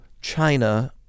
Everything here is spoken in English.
China